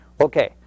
Okay